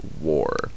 War